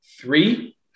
three